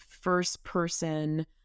first-person